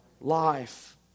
life